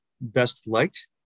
best-liked